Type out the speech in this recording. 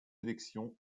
élections